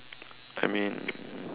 I mean